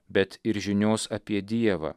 bet ir žinios apie dievą